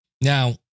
Now